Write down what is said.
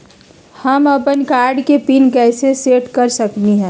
हम अपन कार्ड के पिन कैसे सेट कर सकली ह?